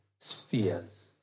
Spheres